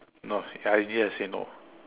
no I easy to say no